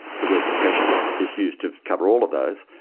the word depression is used to cover all of those.